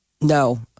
No